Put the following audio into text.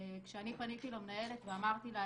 כשאני פניתי למנהלת ואמרתי לה,